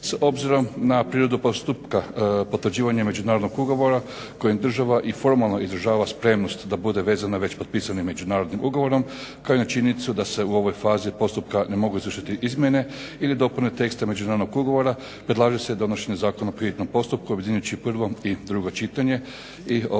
S obzirom na prirodu postupaka potvrđivanja međunarodnog ugovora kojim država i formalno izražava spremnost da bude vezana već potpisanim međunarodnim ugovorom, kao i na činjenicu da se u ovoj fazi postupka ne mogu izvršiti izmjene ili dopune teksta međunarodnog ugovora predlaže se donošenje zakona po hitnom postupku, objedinjujući prvo i drugo čitanje.